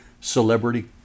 celebrity